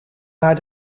naar